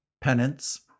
penance